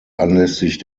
anlässlich